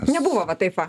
nebuvo va taip va